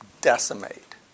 decimate